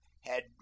had